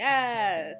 Yes